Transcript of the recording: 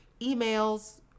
emails